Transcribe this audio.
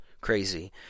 crazy